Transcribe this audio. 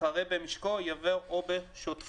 אחרי "במשקו" יבוא "או בשותפות".